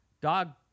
dog